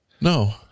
No